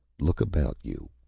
look about you.